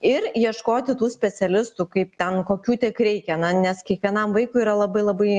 ir ieškoti tų specialistų kaip ten kokių tik reikia nes kiekvienam vaikui yra labai labai